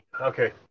Okay